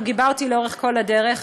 והוא גיבה אותי לאורך כל הדרך.